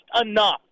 enough